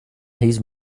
his